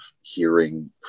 hearing